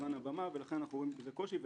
זמן הבמה לכן אנחנו רואים בזה קושי,